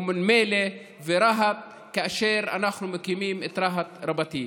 אום נמילה ורהט כאשר אנחנו מקימים את רהט רבתי.